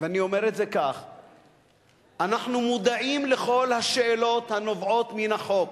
ואני באמת מודה לו על כך.